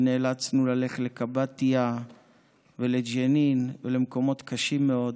ונאלצנו ללכת לקבאטיה ולג'נין ולמקומות קשים מאוד,